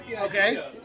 Okay